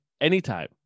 Anytime